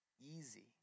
easy